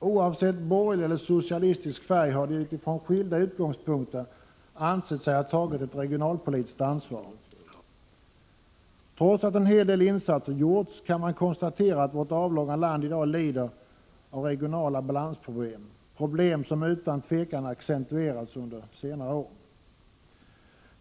Oavsett borgerlig eller socialistisk färg har de från skilda utgångspunkter ansett sig ha tagit regionalpolitiskt ansvar. Trots att en hel del insatser gjorts kan man konstatera att vårt avlånga land i dag lider av regionala balansproblem, problem som utan tvivel har accentuerats under senare år.